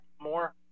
more